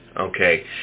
okay